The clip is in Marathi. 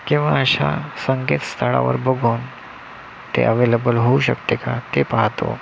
किंवा अशा संकेतस्थळावर बघून ते अवेलेबल होऊ शकते का ते पाहतो